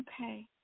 Okay